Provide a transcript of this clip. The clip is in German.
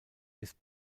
ist